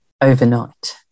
overnight